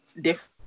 different